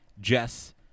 Jess